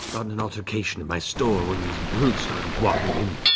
um in an altercation in my store when these brutes started walking in.